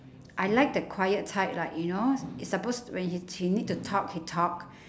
I like the quiet type like you know it's supposed when he she need to talk he talk